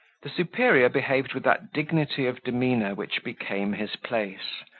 the superior behaved with that dignity of demeanour which became his place,